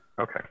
Okay